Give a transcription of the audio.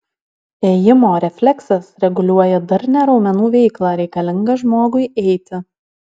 ėjimo refleksas reguliuoja darnią raumenų veiklą reikalingą žmogui eiti